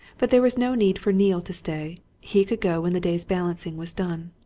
but there was no need for neale to stay he could go when the day's balancing was done.